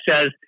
says